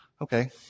Okay